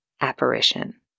apparition